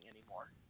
anymore